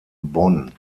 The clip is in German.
bonn